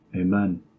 Amen